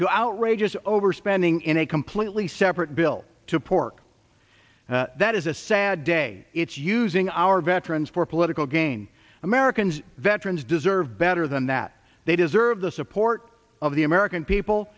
to outrageous overspending in a completely separate bill to pork that is a sad day it's using our veterans for political gain americans veterans deserve better than that they deserve the support of the american people